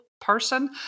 person